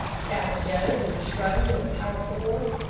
shouted joe, who was struggling with a powerful horse.